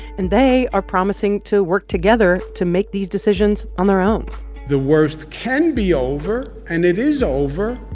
and they are promising to work together to make these decisions on their own the worst can be over, and it is over,